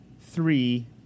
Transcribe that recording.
three